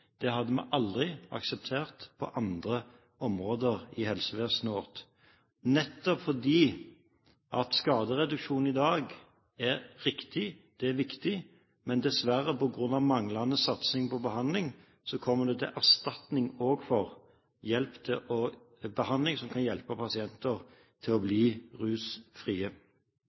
Det hadde vi aldri akseptert på andre områder i helsevesenet vårt. Skadereduksjonen i dag er riktig, og det er viktig, men dessverre på grunn av manglende satsing på behandling kommer det til erstatning også for behandling som kan hjelpe pasienter til å bli rusfrie.